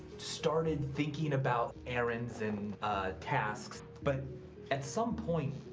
started thinking about errands and tasks, but at some point.